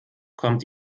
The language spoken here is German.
kommt